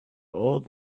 old